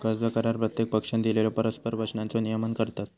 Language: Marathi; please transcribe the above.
कर्ज करार प्रत्येक पक्षानं दिलेल्यो परस्पर वचनांचो नियमन करतत